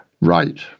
Right